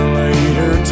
later